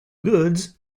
goods